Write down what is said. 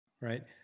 right